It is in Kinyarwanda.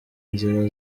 inzira